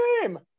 name